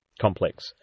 complex